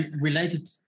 Related